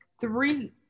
three